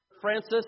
Francis